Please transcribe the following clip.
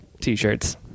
t-shirts